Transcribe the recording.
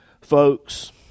Folks